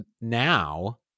now